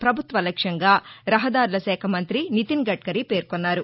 వభుత్వ లక్ష్యంగా రహదారులశాఖ మంతి నితిన్ గద్మరి పేర్కొన్నారు